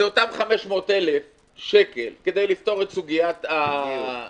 זה אותם 500,000 שקל כדי לפתור את סוגיית הדיור,